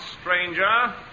stranger